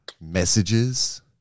messages